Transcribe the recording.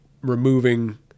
removing